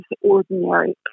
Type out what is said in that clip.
ordinary